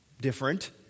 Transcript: different